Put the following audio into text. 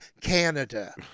Canada